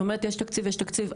את אומרת, יש תקציב, יש תקציב.